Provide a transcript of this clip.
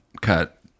cut